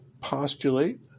postulate